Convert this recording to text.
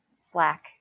Slack